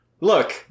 Look